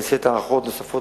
נעשית היערכות נוספת,